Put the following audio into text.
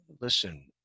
listen